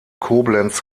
koblenz